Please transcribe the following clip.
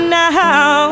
now